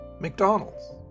McDonald's